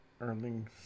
Erling